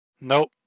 Nope